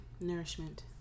nourishment